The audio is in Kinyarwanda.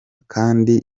kandi